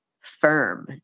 firm